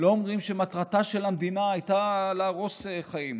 לא אומרים שמטרתה של המדינה הייתה להרוס חיים.